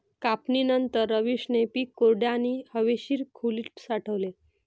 कापणीनंतर, रवीशने पीक कोरड्या आणि हवेशीर खोलीत साठवले